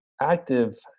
active